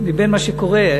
מבין מה שקורה,